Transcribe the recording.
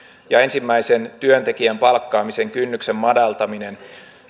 ja ensimmäisen työntekijän palkkaamisen kynnyksen madaltaminen